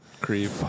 creep